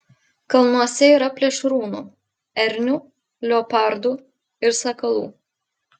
kalnuose yra plėšrūnų ernių leopardų ir sakalų